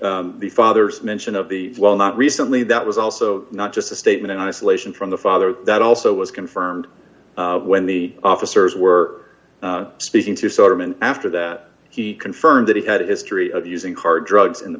the father's mention of the well not recently that was also not just a statement in isolation from the father that also was confirmed when the officers were speaking to sort of and after that he confirmed that he had a history of using hard drugs in the